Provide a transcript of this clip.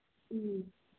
ꯎꯝ